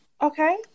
Okay